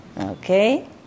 Okay